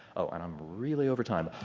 oh an i'm really over time.